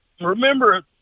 remember